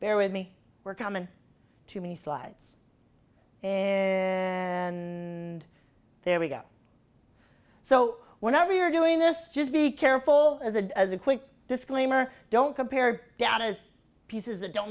e with me were common to many slides in there we go so whenever you're doing this just be careful as a quick disclaimer don't compare data pieces that don't